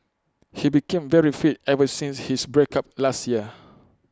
he became very fit ever since his break up last year